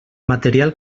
material